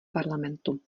parlamentu